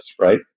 right